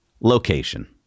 location